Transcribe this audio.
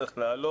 הוא צריך לעלות